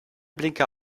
blinker